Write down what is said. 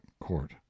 court